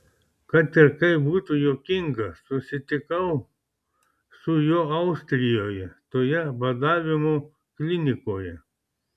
kad ir kaip būtų juokinga susitikau su juo austrijoje toje badavimo klinikoje